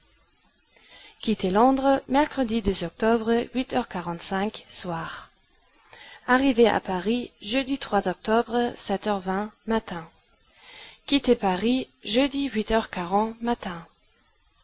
londres mercredi de huit heures quarante-cinq soir arrivé à paris jeudi octobre heures matin quitté paris jeudi huit heures quarante matin